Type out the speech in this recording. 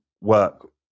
work